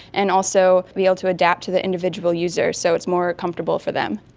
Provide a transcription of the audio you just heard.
and also be able to adapt to the individual user, so it's more comfortable for them.